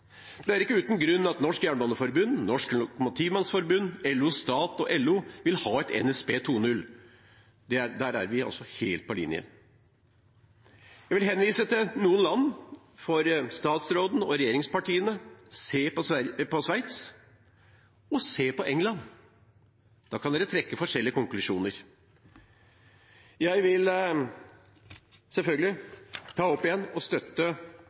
Det er ikke uten grunn at Norsk Jernbaneforbund, Norsk Lokomativmannsforbund, LO Stat og LO vil ha et NSB 2.0. Der er vi altså helt på linje. Jeg vil henvise til noen land for statsråden og regjeringspartiene: se på Sveits og se på England. Da kan dere trekke forskjellige konklusjoner. Jeg vil vise til og selvfølgelig